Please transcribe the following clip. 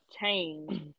change